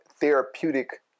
therapeutic